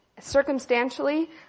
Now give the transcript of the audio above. circumstantially